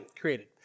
created